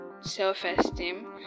self-esteem